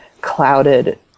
clouded